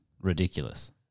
ridiculous